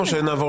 תודה רבה